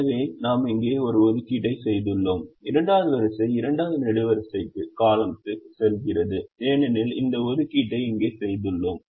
எனவே நாம் இங்கே ஒரு ஒதுக்கீட்டை செய்துள்ளோம் 2 வது வரிசை 2 வது நெடுவரிசைக்குச் செல்கிறது ஏனெனில் இந்த ஒதுக்கீட்டை இங்கே செய்துள்ளோம்